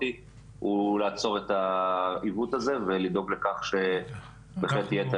הוא לעצור את העיוות הזה ולדאוג לכך שבהחלט יהיה את